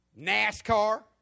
NASCAR